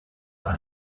par